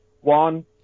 One